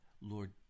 Lord